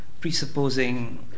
presupposing